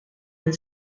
lil